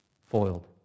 foiled